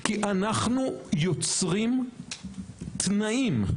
כי אנחנו יוצרים תנאים,